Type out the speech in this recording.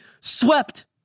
swept